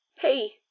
Hey